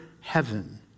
heaven